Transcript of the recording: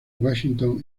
washington